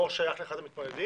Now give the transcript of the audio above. הוא לא שייך לאחד המתמודדים,